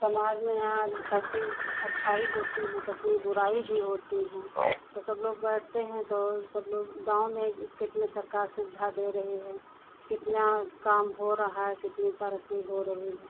समाज में यहाँ कितनी अच्छाई होती है कितनी बुराई भी होती है तो सब लोग बैठते हैं तो सब लोग गाँव में कितनी सरकार सुविधा दे रही है कितना काम हो रहा है कितनी तरक्की हो रही है